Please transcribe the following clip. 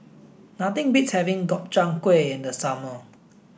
nothing beats having Gobchang gui in the summer